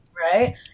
right